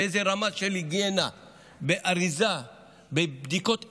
באיזו רמה של היגיינה ואריזה ובדיקות איכות,